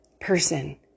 person